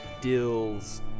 Dill's